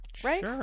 Right